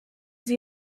sie